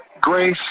grace